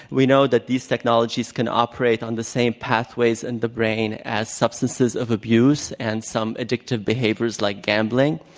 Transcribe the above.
we know that these technologies can operate on the same pathways in and the brain as substances of abuse and some addictive behaviors like gambling.